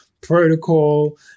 protocol